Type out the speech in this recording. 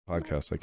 Podcast